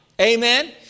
Amen